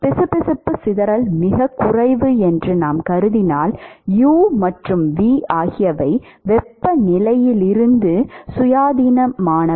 பிசுபிசுப்பு சிதறல் மிகக் குறைவு என்று நாம் கருதினால் u மற்றும் v ஆகியவை வெப்பநிலையிலிருந்து சுயாதீனமானவை